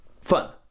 fun